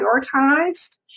prioritized